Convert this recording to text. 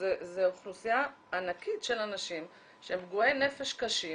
זו אוכלוסייה ענקית של אנשים שהם פגועי נפש קשים